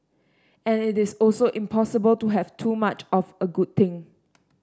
and it is also impossible to have too much of a good thing